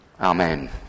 Amen